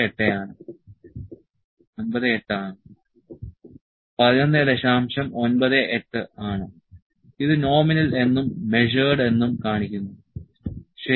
98 ആണ് അത് നോമിനൽ എന്നും മെഷേർഡ് എന്നും കാണിക്കുന്നു ശരി